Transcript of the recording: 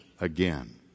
again